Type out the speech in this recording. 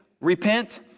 repent